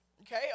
Okay